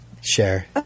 Share